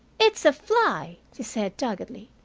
it's a fly, she said doggedly,